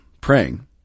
Praying